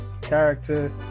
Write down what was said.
Character